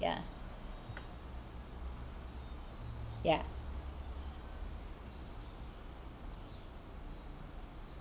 ya ya